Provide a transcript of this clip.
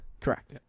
Correct